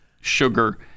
sugar